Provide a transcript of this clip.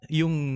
yung